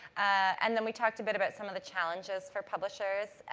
and then we talked a bit about some of the challenges for publishers.